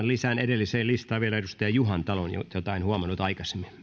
lisään edelliseen listaan vielä edustaja juhantalon jota en huomannut aikaisemmin